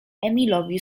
emilowi